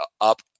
up